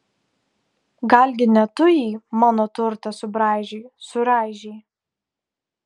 galgi ne tu jį mano turtą subraižei suraižei